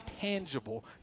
tangible